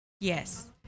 Yes